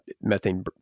methane